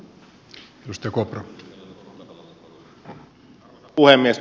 arvoisa puhemies